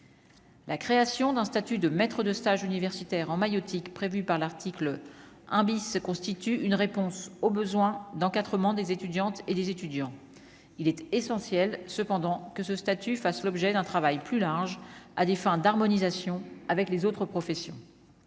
La création d'un statut de maître de stage universitaires en maïeutique prévue par l'article 1 bis se constitue une réponse aux besoins d'encadrement des étudiantes et des étudiants, il était essentiel cependant que ce statut fasse l'objet d'un travail plus large à des fins d'harmonisation avec les autres professions